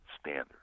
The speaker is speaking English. standard